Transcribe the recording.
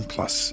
Plus